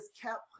kept